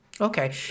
Okay